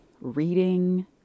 reading